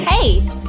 Hey